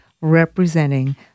representing